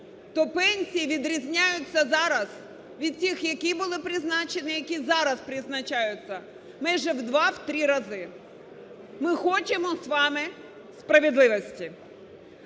то пенсії відрізняються зараз від цих, які були призначені, які зараз призначаються, майже в два-три рази. Ми хочемо з вами справедливості.